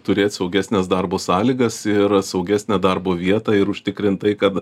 turėt saugesnes darbo sąlygas ir saugesnę darbo vietą ir užtikrintai kad